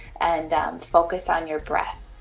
and focus on your breath